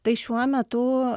tai šiuo metu